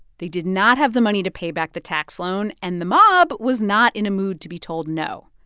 they did not have the money to pay back the tax loan. and the mob was not in a mood to be told no,